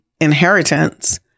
inheritance